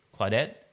Claudette